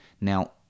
Now